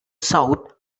south